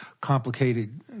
complicated